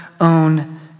own